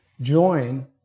join